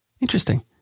Interesting